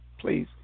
please